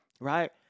right